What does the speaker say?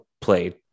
played